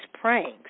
pranks